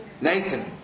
Nathan